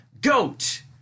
goat